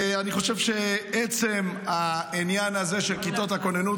אני חושב שעצם העניין הזה של כיתות הכוננות,